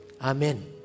Amen